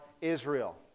Israel